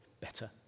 better